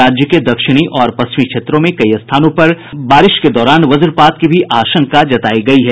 राज्य के दक्षिणी और पश्चिमी क्षेत्रों में कई स्थानों पर बारिश के दौरान वज्रपात की भी आशंका जतायी गयी है